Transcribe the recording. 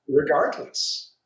regardless